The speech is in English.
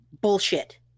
bullshit